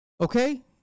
Okay